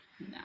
No